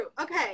Okay